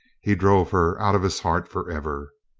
he drove her out of his heart for ever.